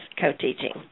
co-teaching